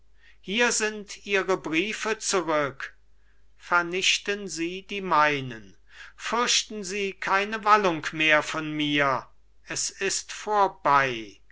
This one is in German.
hier sind ihre briefe zurück vernichten sie die meinen fürchten sie keine wallung mehr von mir es ist vorbei